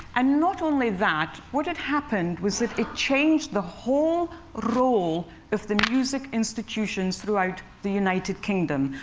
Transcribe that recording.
and not only that, what had happened was that it changed the whole role of the music institutions throughout the united kingdom.